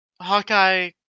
Hawkeye